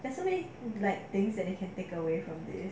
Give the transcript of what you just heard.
there's only like things that you can take away from this